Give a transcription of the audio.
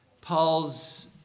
Paul's